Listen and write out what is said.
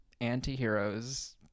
antiheroes